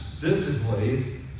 physically